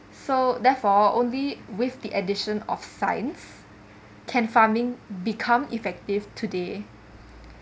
so therefore only with the addition of science can farming become effective today